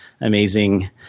Amazing